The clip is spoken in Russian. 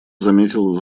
заметил